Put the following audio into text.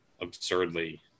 absurdly